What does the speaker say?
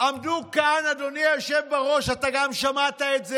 אדוני היושב בראש, איזו צביעות.